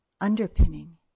underpinning